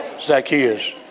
Zacchaeus